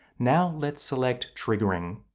now let's select triggering.